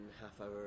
half-hour